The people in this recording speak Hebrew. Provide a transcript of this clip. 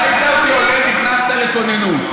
ראית אותי עולה ונכנסת לכוננות.